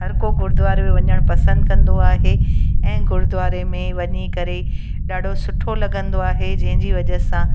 हर को गुरुद्वारे में वञणु पसंदि कंदो आहे ऐं गुरुद्वारे में वञी करे ॾाढो सुठो लॻंदो आहे जंहिं जी वजह सां